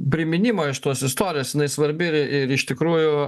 priminimą šitos istorijos jinai svarbi ir ir iš tikrųjų